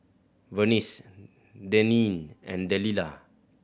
Vernice Deneen and Delilah